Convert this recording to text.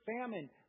famine